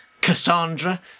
Cassandra